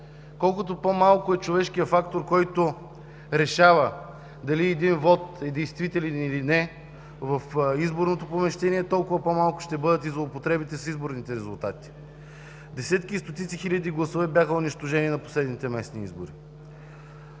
Колкото по-малко е човешкият фактор, който решава дали един вот е действителен, или не в изборното помещение, толкова по-малко ще бъдат и злоупотребите с изборните резултати. Десетки и стотици хиляди гласове бяха унищожени на последните местни избори.